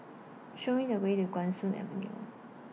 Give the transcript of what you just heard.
Show Me The Way to Guan Soon Avenue